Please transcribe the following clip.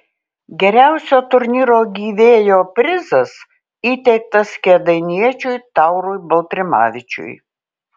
geriausio turnyro gyvėjo prizas įteiktas kėdainiečiui taurui baltrimavičiui